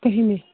کٔہمہِ